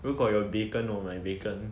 如果有 bacon 我买 bacon